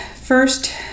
first